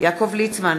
יעקב ליצמן,